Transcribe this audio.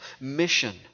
mission